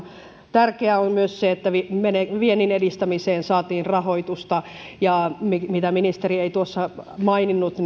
tärkeää on myös se että viennin edistämiseen saatiin rahoitusta ja mitä ministeri ei tuossa maininnut